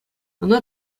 ӑна